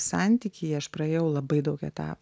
santykyje aš praėjau labai daug etapų